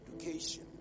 education